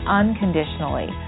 unconditionally